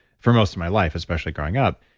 for most of my life, especially growing up,